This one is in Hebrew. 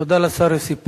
תודה לשר יוסי פלד.